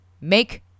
Make